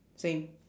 same